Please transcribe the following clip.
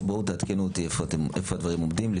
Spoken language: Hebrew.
עדכנו אותי היכן הדברים עומדים.